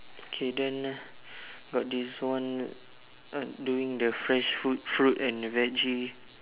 okay then got this one doing the fresh fruit fruit and veggies